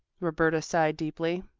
roberta sighed deeply.